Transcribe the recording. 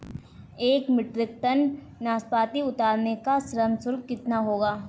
एक metric tonne नाशपाती उतारने का श्रम शुल्क कितना होगा?